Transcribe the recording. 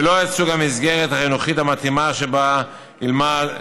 ולא את סוג המסגרת החינוכית המתאימה שבה ילמד.